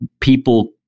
people